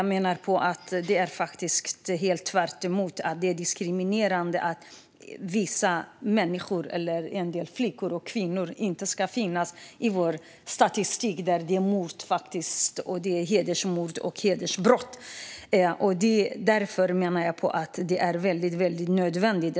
Jag menar att det faktiskt är tvärtom; det är diskriminerande att vissa människor - eller en del flickor och kvinnor - inte finns i vår statistik när det handlar om mord eller om hedersmord och hedersbrott. Därför menar jag att det är nödvändigt.